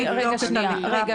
שנייה דן.